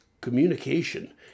communication